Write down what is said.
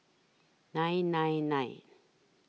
nine nine nine